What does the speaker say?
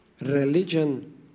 religion